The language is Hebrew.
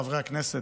חברי הכנסת,